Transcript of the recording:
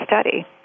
study